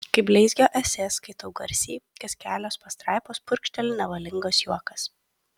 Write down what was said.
kai bleizgio esė skaitau garsiai kas kelios pastraipos purkšteli nevalingas juokas